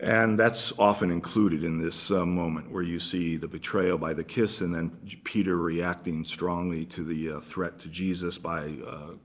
and that's often included in this moment, where you see the betrayal by the kiss, and then peter reacting strongly to the threat to jesus by